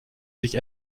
sich